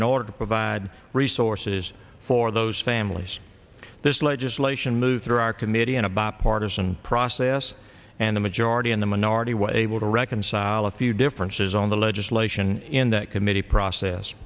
in order to provide resources for those families this legislation moves through our committee in a bipartisan process and the majority in the minority way able to reconcile a few differences on the legislation in that committee process